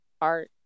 Art